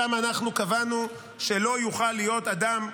שם אנחנו קבענו שלא יוכל להיות אדם,